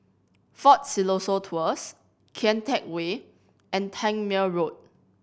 Fort Siloso Tours Kian Teck Way and Tangmere Road